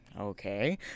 Okay